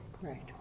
Right